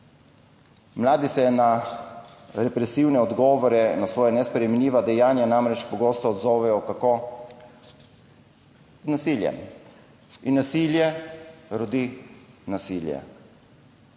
Mladi se na represivne odgovore na svoja nesprejemljiva dejanja namreč pogosto odzovejo - kako? Z nasiljem. In nasilje rodi nasilje.